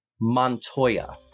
Montoya